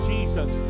Jesus